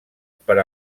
per